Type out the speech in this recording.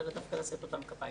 אלא דווקא לשאת אותם על כפיים.